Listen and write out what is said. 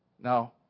Now